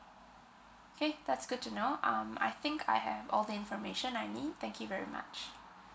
okay that's good to know um I think I have all the information I need thank you very much